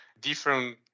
different